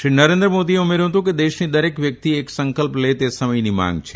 શ્રી નરેન્દ્ર મોદીએ ઉમેર્યું હતું કે દેશની દરેક વ્યક્તિ એક સંકલ્પ લે તે સમયની માંગ છે